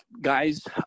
guys